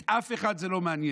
את אף אחד זה לא מעניין.